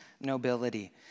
nobility